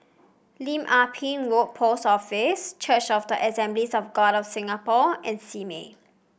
Lim Ah Pin Road Post Office Church of the Assemblies of God of Singapore and Simei